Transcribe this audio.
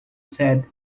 said